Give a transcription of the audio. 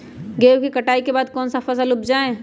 गेंहू के कटाई के बाद कौन सा फसल उप जाए?